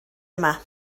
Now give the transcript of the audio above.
yma